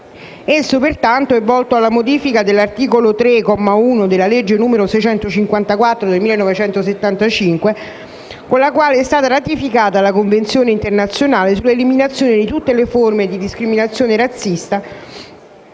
Esso pertanto è volto alla modifica dell'articolo 3, comma 1, della legge n. 654 del 1975, con la quale è stata ratificata la Convenzione internazionale sull'eliminazione di tutte le forme di discriminazione razziale,